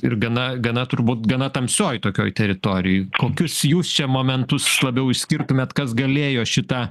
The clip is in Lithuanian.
ir gana gana turbūt gana tamsioj tokioj teritorijoj kokius jūs čia momentus labiau išskirtumėt kas galėjo šitą